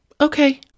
Okay